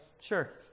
sure